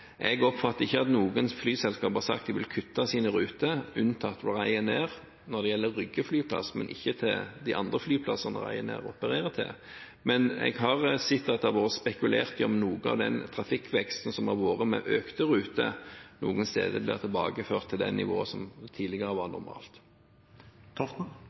når det gjelder Rygge flyplass, men ikke på de andre flyplassene som Ryanair opererer fra. Men jeg har sett at det har vært spekulert i om noe av den trafikkveksten som har vært med økte ruter, noen steder blir tilbakeført til det nivået som tidligere var